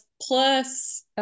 plus